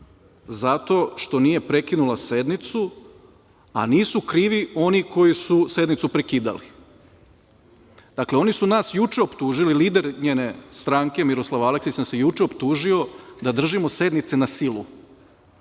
zato što nije prekinula sednicu, a nisu krivi oni koji su sednicu prekidali. Dakle, oni su nas juče optužili, lider njene stranke Miroslav Aleksić nas je juče optužio da držimo sednice na silu